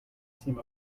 seem